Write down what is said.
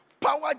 power